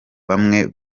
bamwe